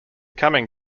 coming